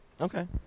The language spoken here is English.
Okay